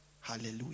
Hallelujah